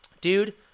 Dude